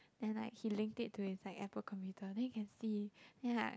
and like he linked it to his Apple computer then can see